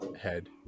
head